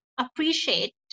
appreciate